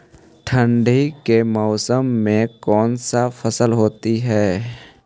ठंडी के मौसम में कौन सा फसल होती है?